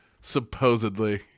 supposedly